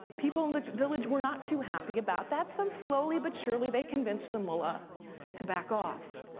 people in the village were not too happy about that, so slowly but surely they convinced the mulah to back off.